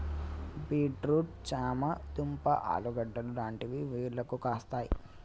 beet root చామ దుంప ఆలుగడ్డలు లాంటివి వేర్లకు కాస్తాయి